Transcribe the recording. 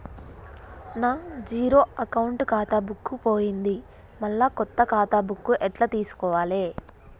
నా zero account ఖాతా book పోయింది మళ్ళా కొత్త ఖాతా బుక్కు ఎట్ల తీసుకోవాలే?